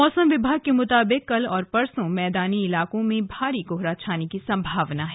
मौसम विभाग के मुताबिक कल और परसो मैदानी इलाकों में भारी कोहरा छाने की संभावना है